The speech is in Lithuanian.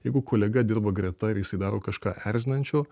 jeigu kolega dirba greta ir jisai daro kažką erzinančio